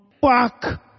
Fuck